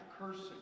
cursing